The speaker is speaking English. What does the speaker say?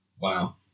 Wow